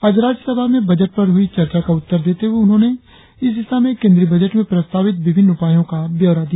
आज राज्यसभा में बजट पर हुई चर्चा का उत्तर देते हुए उन्होंने इस दिशा में केंद्रीय बजट में प्रस्तावित विभिन्न उपायों का ब्यौरा दिया